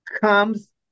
comes